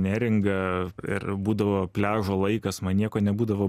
neringą ir būdavo pliažo laikas man nieko nebūdavo